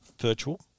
virtual